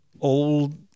old